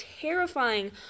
terrifying